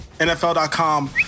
NFL.com